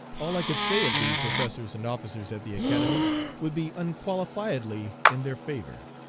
all i could say of the professors and officers at the academy would be unqualifiedly in their favor.